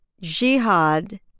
Jihad